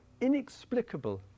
inexplicable